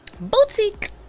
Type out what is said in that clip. Boutique